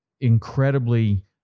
incredibly